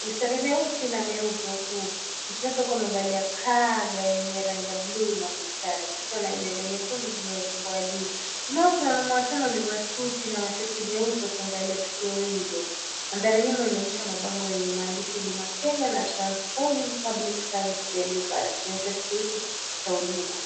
mistari myeusi na myeupe huku mtoto wake akiwa amevalia kaga yenye fangi ya bluu na mistari. Mtoto ana nywele nyekundu zilizofungwa juu. Nyuma kuna wanaume watano waliovaa suti na mashati meupe akiangalia tukio hilo. Mandhari nyuma inaonyesha mabango yenye maandishi huduma Kenya na transforming public service delivery ikionyesha kituo hichi cha huduma.